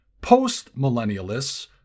Post-millennialists